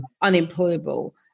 unemployable